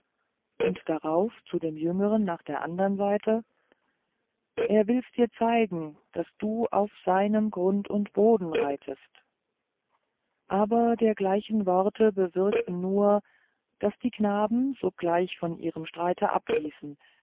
und darauf zu dem jüngeren nach der andern seite er will's dir zeigen daß du auf seinem grund und boden reitest aber dergleichen worte bewirkten nur daß die knaben sogleich von ihrem streite abließen